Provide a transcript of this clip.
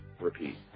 repeat